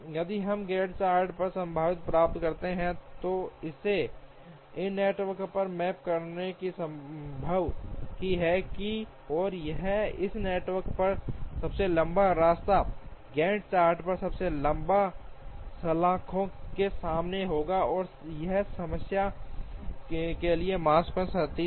यदि हम Gantt chart समाधान प्राप्त करते हैं तो इसे इस नेटवर्क पर मैप करना भी संभव है और इस नेटवर्क पर सबसे लंबा रास्ता गैन्ट चार्ट पर सबसे लंबे सलाखों के समान होगा और इस समस्या के लिए माकस्पैन 37 है